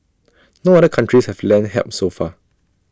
no other countries have lent help so far